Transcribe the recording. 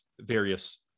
various